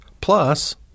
Plus